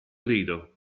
grido